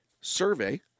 survey